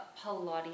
pilates